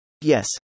Yes